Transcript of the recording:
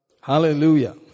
Hallelujah